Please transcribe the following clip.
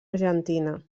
argentina